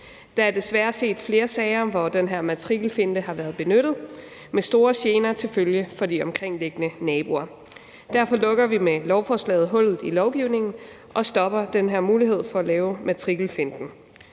Der er desværre set flere sager, hvor den her matrikelfinte har været benyttet, med store gener til følge for de omkringliggende naboer. Derfor lukker vi med lovforslaget hullet i lovgivningen og stopper den her mulighed for at lave matrikelfinten.